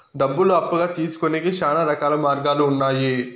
డబ్బులు అప్పుగా తీసుకొనేకి శ్యానా రకాల మార్గాలు ఉన్నాయి